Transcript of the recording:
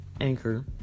Anchor